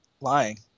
lying